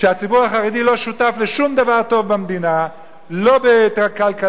שהציבור החרדי לא שותף לשום דבר טוב במדינה: לא בכלכלה,